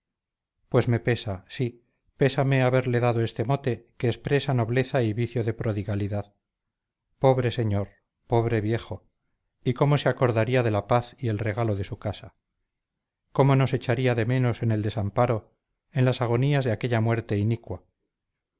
pues me pesa sí pésame haberle dado este mote que expresa nobleza y vicio de prodigalidad pobre señor pobre viejo y cómo se acordaría de la paz y el regalo de su casa cómo nos echaría de menos en el desamparo en las agonías de aquella muerte inicua